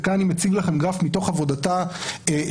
וכאן אני מציג לכם גרף מתוך עבודתה של